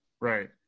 Right